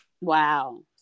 Wow